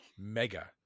Mega